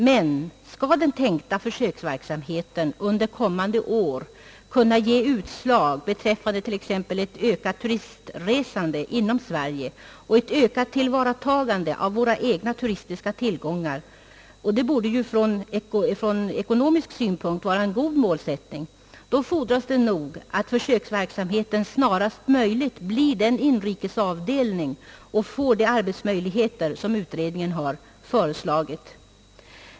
Men skall den tänkta försöksverksamheten under kommande år kunna ge utslag t.ex. i form av ett ökat turistresande inom Sverige och ett ökat tillvaratagande av våra egna turistiska tillgångar — det borde ju ur: ekonomisk synvinkel vara en god målsättning — fordras nog att försöksverksamheten snarast möjligt blir den inrikesavdelning och får de arbetsmöjligheter, som utredningen har föreslagit.